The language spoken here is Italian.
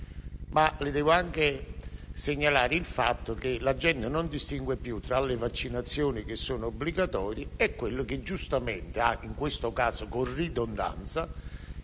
Le devo anche segnalare, però, il fatto che la gente non distingue più tra le vaccinazioni obbligatorie e quelle che giustamente, in questo caso con ridondanza,